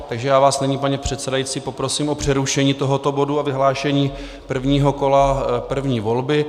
Takže já vás nyní, pane předsedající, poprosím o přerušení tohoto bodu a vyhlášení prvního kola první volby.